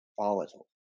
volatile